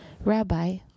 Rabbi